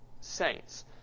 saints